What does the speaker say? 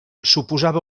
suposava